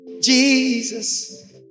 Jesus